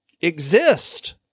exist